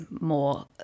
more